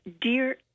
Dear